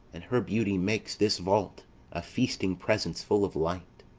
and her beauty makes this vault a feasting presence full of light.